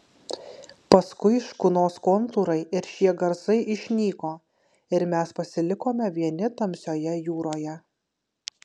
paskui škunos kontūrai ir šie garsai išnyko ir mes pasilikome vieni tamsioje jūroje